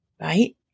right